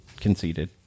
conceded